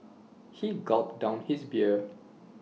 he gulped down his beer